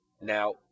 Now